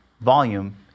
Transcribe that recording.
volume